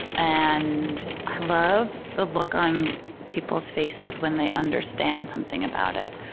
and i love the look on people's faces when they understand something about it.